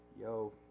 yo